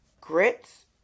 grits